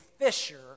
fisher